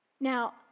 Now